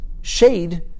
shade